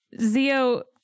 Zio